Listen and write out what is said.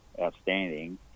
outstanding